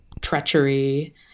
treachery